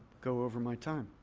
go over my time.